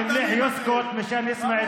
ולכן כדאי שישתוק כדי לשמוע את